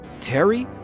Terry